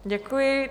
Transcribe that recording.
Děkuji.